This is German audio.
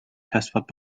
testfahrt